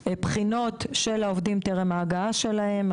בחינות של העובדים טרם ההגעה שלהם.